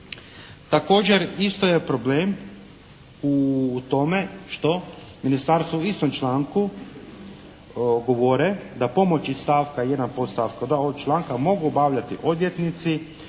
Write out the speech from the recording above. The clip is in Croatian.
Također isto je problem u tome što ministarstvo u istom članku govore da pomoć iz stavka 1. podstavka …/Govornik